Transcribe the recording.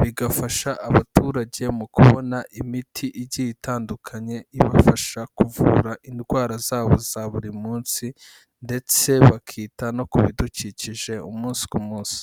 bigafasha abaturage mu kubona imiti igiye itandukanye ibafasha kuvura indwara zabo za buri munsi ndetse bakita no ku bidukikije umunsi ku munsi.